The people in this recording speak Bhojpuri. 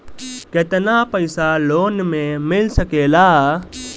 केतना पाइसा लोन में मिल सकेला?